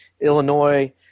Illinois